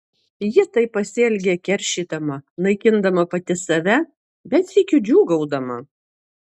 ji taip pasielgė keršydama naikindama pati save bet sykiu džiūgaudama